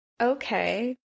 okay